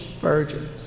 virgins